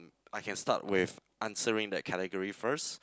I can start with answering that category first